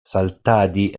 saltadi